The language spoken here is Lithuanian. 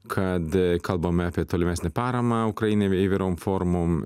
kad kalbame apie tolimesnę paramą ukrainai į įvairiom formom